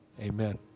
Amen